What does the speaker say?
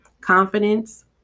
confidence